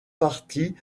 partie